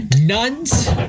nuns